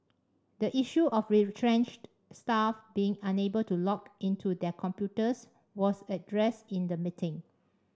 the issue of retrenched staff being unable to log into their computers was addressed in the meeting